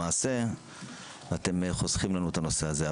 למעשה אתם חוסכים לנו את הנושא הזה.